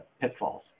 pitfalls